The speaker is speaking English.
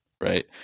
Right